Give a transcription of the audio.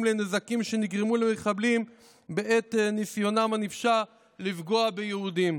לנזקים שנגרמו למחבלים בעת ניסיונם הנפשע לפגוע ביהודים.